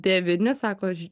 devyni sako aš